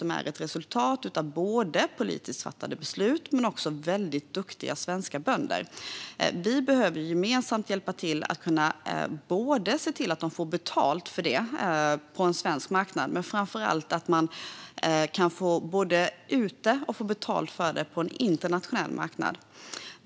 Det är ett resultat av både politiskt fattade beslut och arbete av mycket duktiga svenska bönder. Vi behöver gemensamt hjälpa till att se till att de får betalt för det på en svensk marknad, men framför allt på en internationell marknad.